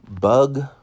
Bug